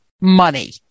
money